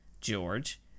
George